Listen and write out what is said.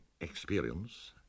experience